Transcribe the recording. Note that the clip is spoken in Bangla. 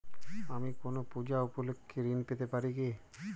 আমি কোনো পূজা উপলক্ষ্যে ঋন পেতে পারি কি?